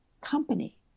company